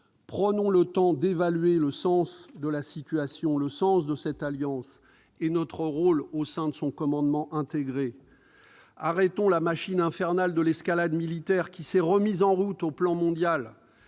prendrons le temps d'évaluer le sens de la situation et de cette alliance, ainsi que notre rôle au sein de son commandement intégré. Arrêtons la machine infernale de l'escalade militaire qui s'est remise en route au plan mondial